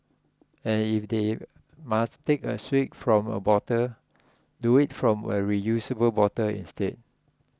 and if they must take a swig from a bottle do it from a reusable bottle instead